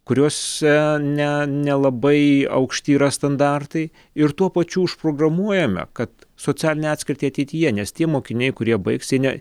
kuriose ne nelabai aukšti yra standartai ir tuo pačiu užprogramuojame ka socialinę atskirtį ateityje nes tie mokiniai kurie baigs jie ne